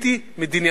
פוליטי-מדיני.